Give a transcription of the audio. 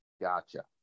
gotcha